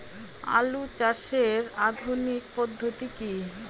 আলু চাষের আধুনিক পদ্ধতি কি?